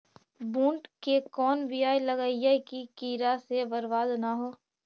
बुंट के कौन बियाह लगइयै कि कीड़ा से बरबाद न हो?